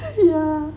是啊